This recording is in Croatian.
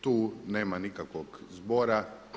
Tu nema nikakvog zbora.